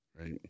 right